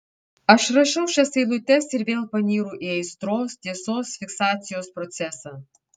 aš rašau šias eilutes ir vėl panyru į aistros tiesos fiksacijos procesą